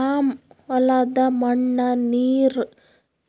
ಆ ಹೊಲದ ಮಣ್ಣ ನೀರ್